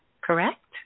correct